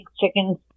chickens